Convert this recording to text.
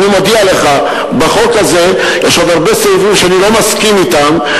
אני מודיע לך: בחוק הזה יש עוד הרבה סעיפים שאני לא מסכים אתם,